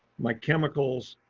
my chemicals.